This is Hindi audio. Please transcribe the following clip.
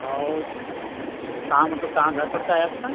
और कहाँ मतलब कहाँ घर पड़ता है आपका